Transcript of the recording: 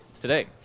today